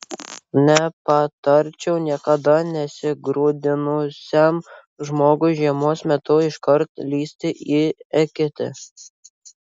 nepatarčiau niekada nesigrūdinusiam žmogui žiemos metu iškart lįsti į eketę